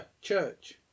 Church